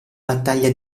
battaglia